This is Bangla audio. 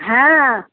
হ্যাঁ